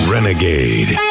Renegade